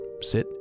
sit